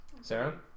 Sarah